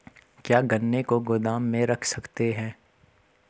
क्या गन्ने को गोदाम में रख सकते हैं?